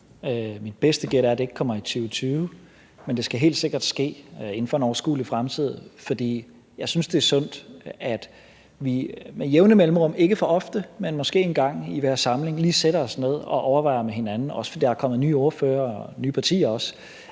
bedste gæt er, at det ikke kommer i 2020, men det skal helt sikkert ske inden for en overskuelig fremtid. For jeg synes, det er sundt, at vi med jævne mellemrum – ikke for ofte, men måske en gang i hver samling – også fordi der er kommet nye ordførere og også nye partier,